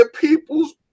people's